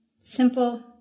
simple